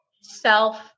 self